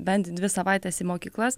bent dvi savaites į mokyklas